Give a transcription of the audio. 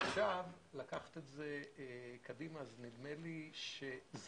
ועכשיו לקחת את זה קדימה, אז נדמה לי שזכית